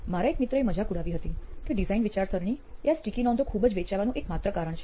મારા એક મિત્રએ મજાક ઉડાવી હતી કે ડિઝાઈન વિચારસરણી એ આ સ્ટીકી નોંધો ખૂબ જ વેચાવાનું એકમાત્ર કારણ છે